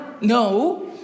No